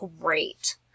great